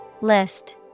List